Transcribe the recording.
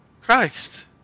Christ